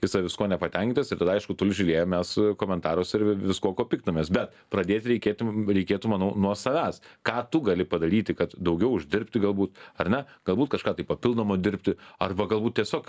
jisai viskuo nepatenkintas ir tada aišku tulžį liejam mes komentaruose ir viskuo kuo piktinamės bet pradėt reikėtų reikėtų manau nuo savęs ką tu gali padaryti kad daugiau uždirbti galbūt ar ne galbūt kažką tai papildomo dirbti arba galbūt tiesiog